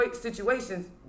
situations